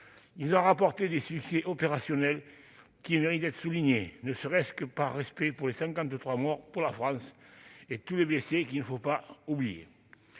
ils ont remporté des succès opérationnels qui méritent d'être soulignés, ne serait-ce que par respect pour les 53 morts pour la France et tous les blessés qu'il ne faut pas oublier.